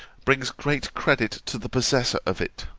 brings great credit to the possessor of it